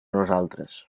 nosaltres